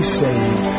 saved